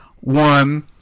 one